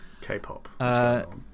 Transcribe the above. K-pop